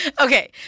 Okay